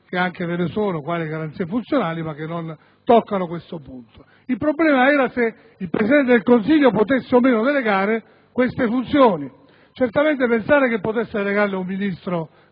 che anche ve ne sono, quali le garanzie funzionali, ma che non toccano questo punto. Il problema era se il Presidente del Consiglio potesse o meno delegare queste funzioni. Certamente pensare che potesse delegarle ad un Ministro